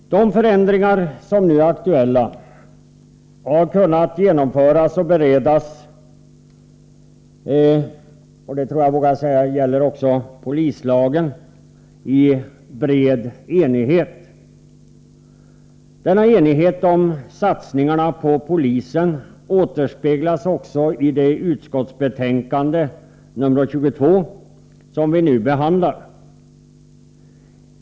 De förändringar som nu är aktuella — och jag vågar säga att det gäller även polislagen — har kunnat beredas och genomföras i bred enighet. Denna enighet om satsningarna på polisen återspeglas också i det utskottsbetänkande nr 22 som vi nu behandlar.